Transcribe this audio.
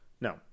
No